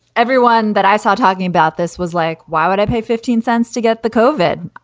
everyone that i saw talking about this was like, why would i pay fifteen cents to get the covid?